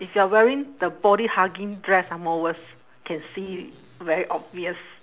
if you are wearing the body hugging dress ah more worse can see very obvious